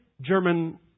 German